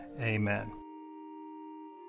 Amen